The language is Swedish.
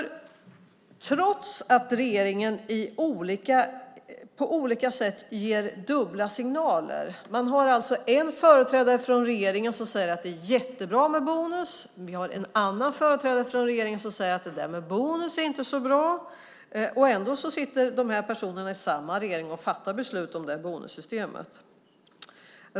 Regeringen ger på olika sätt dubbla signaler, vi har alltså en företrädare för regeringen som säger att det är jättebra med bonus och vi har en annan företrädare för regeringen som säger att det där med bonus inte är så bra. Ändå sitter de här personerna i samma regering och fattar beslut om det här bonussystemet.